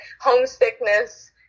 Homesickness